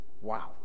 wow